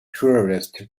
tourist